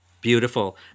Beautiful